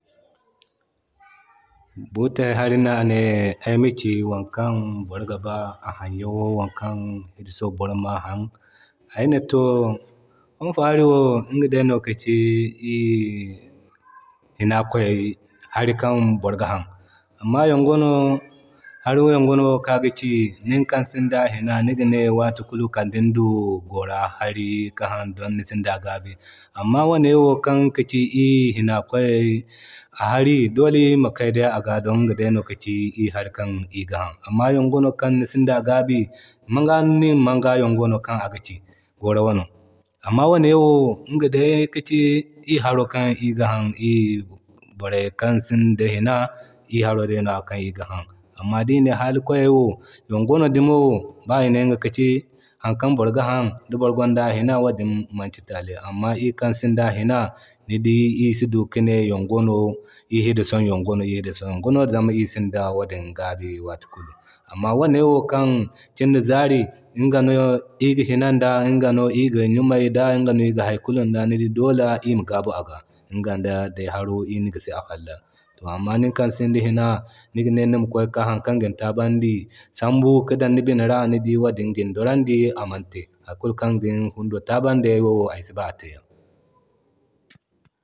Butey hari no ane ayma ci wokan boro ga ba a haɲyan wo da wokan boro si ba a haɲyawo. Ay ne too wofo hari wo iga day no ka ci iri hina kwayay hari kan boro ga haŋ. Amma yongo wano hari yonga wano ka aga ci nikan sinda a hina niga ne wate kulu kal ni du gora hari ka Haŋ kan nisinda a gabi. Amma wane wo kan ŋga ka ci iri hina kway hari dole iri ma kay a ga day don iŋga ka ci iri hari kan iri ga haŋ. Amma yonga wano kan ni sinda a gaabi manga ni manga yonga wano kan aga ci gora wano. Amma wane wo iga day kaci iri hari kan iri ga haŋ iri borey kan sinda hina, iri haro day no kan iri ga han. Amma di ne hali kwayay wo yoŋga wano dumo ba ine iŋga ka ci haŋkan boro ga haŋ asinda tali di boro gonda a wadin manti tali. Amma iri kan sinda a hina ni dii iri si du kane yoŋga wano iriga du yoŋga zama iri si da wadin gabi wati kulu. Amma wane wo kan kin da zaari iga no iri ga hina da iri ga jumay da iga no iri ga hay kulu da ni di Doola iri ma gabu a ga, iŋgan da day haro iri na gisa a folan. Amma nikan sinda hina nima ne nima kway ka hari kan gin taaban di sambu ka dan ni bina ra ni dii wadin gin dorandi amante, hari kul kan gin fundo taabandi ay wo ay siba a teyan.